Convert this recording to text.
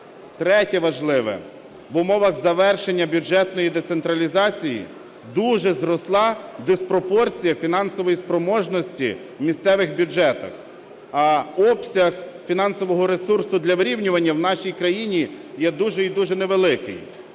Третє, важливе: в умовах завершення бюджетної децентралізації дуже зросла диспропорція фінансової спроможності в місцевих бюджетах, а обсяг фінансового ресурсу для вирівнювання в нашій країні є дуже і дуже невеликий,